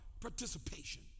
participation